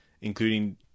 including